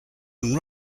and